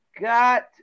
got